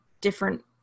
different